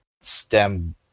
STEM